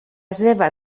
seva